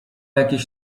jakieś